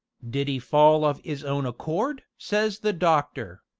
did e fall of is own accord says the doctor.